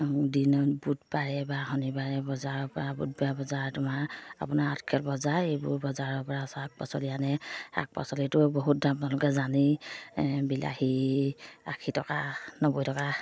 দিনত বুধবাৰে বা শনিবাৰে বজাৰৰ পৰা বুধবাৰে বজাৰ তোমাৰ আপোনাৰ বজাৰ এইবোৰ বজাৰৰ পৰা শাক পাচলি আনে শাক পাচলিতো বহুত দাম আপোনালোকে জানেই বিলাহী আশী টকা নব্বৈ টকা